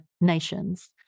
nations